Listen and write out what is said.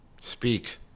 Speak